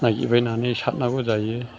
नागिरबायनानै सारनांगौ जायो